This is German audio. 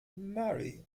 murray